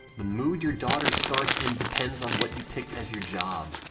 the mood your daughter starts in depends on what you picked as your job.